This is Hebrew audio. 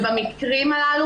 ובמקרים הללו,